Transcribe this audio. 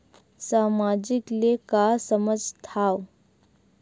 सामाजिक ले का समझ थाव?